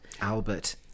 albert